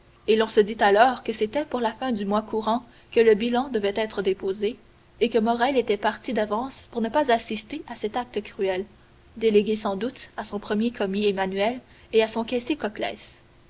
et l'on se dit alors que c'était pour la fin du mois courant que le bilan devait être déposé et que morrel était parti d'avance pour ne pas assister à cet acte cruel délégué sans doute à son premier commis emmanuel et à son